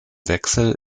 wechsel